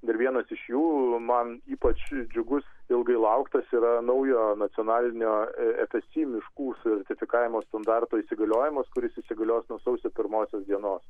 ir vienas iš jų man ypač džiugus ilgai lauktas yra naujo nacionalinio fst miškų sertifikavimo standarto įsigaliojimas kuris įsigalios nuo sausio pirmosios dienos